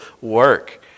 work